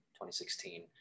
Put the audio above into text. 2016